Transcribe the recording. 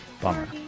Bummer